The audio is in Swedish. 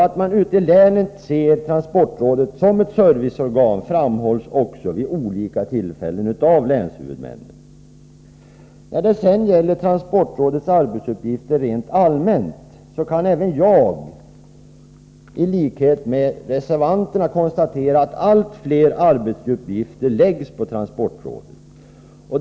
Att man ute i länen ser transportrådet som ett serviceorgan framhålls också vid olika tillfällen av länshuvudmännen. När det sedan gäller transportrådets arbetsuppgifter rent allmänt kan jag, i likhet med reservanterna, konstatera att allt fler arbetsuppgifter läggs på transportrådet.